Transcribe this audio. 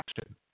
action